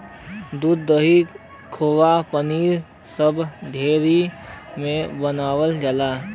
दूध, दही, खोवा पनीर सब डेयरी में बनावल जाला